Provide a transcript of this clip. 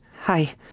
hi